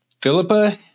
Philippa